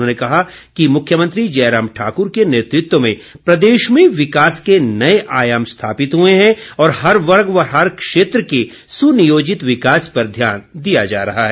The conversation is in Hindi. उन्होंने कहा कि मुख्यमंत्री जयराम ठाकुर के नेतृत्व में प्रदेश में विकास के नए आयाम स्थापित हुए हैं और हर वर्ग व हर क्षेत्र के सुनियोजित विकास पर ध्यान दिया जा रहा है